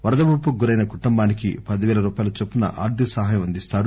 వరద ముంపుకు గురైన కుటుంబానికి పది పేల రూపాయల చొప్పున ఆర్దిక సహాయం అందిస్తారు